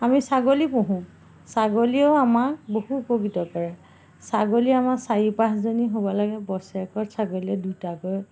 আমি ছাগলী পুহো ছাগলীয়েও আমাক বহু উপকৃত কৰে ছাগলী আমাৰ চাৰি পাঁচজনী হ'ব লাগে বছৰেকত ছাগলীয়ে দুটাকৈ